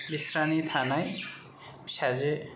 बिस्रानि थानाय फिसाजो